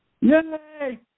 Yay